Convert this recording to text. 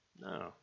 No